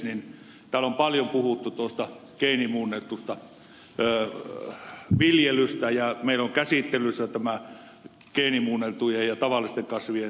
täällä on paljon puhuttu tuosta geenimuunnellusta viljelystä ja meillä on käsittelyssä tämä geenimuunneltujen ja tavallisten kasvien rinnakkaislaki